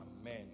Amen